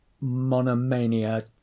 monomania